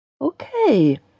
Okay